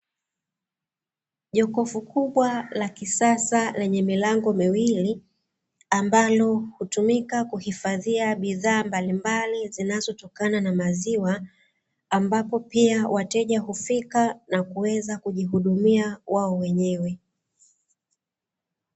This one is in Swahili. Jokofu kubwa la kisasa lenye milango miwili, ambalo hutumika kuhifadhia bidhaa mbalimbali zinazotokana na maziwa, ambapo pia wateja hufika na kuweza kujihudumia wao wenyewe.